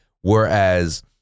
whereas